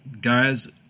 Guys